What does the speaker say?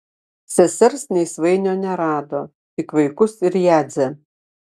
sesers nei svainio nerado tik vaikus ir jadzę